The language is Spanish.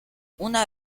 una